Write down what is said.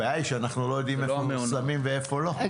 הבעיה היא שאנחנו לא יודעים איפה שמים ואיפה לא.